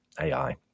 AI